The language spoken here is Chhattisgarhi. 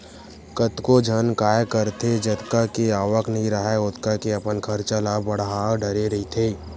कतको झन काय करथे जतका के आवक नइ राहय ओतका के अपन खरचा ल बड़हा डरे रहिथे